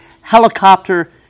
helicopter